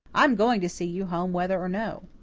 i am going to see you home whether or no.